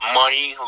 money